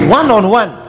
one-on-one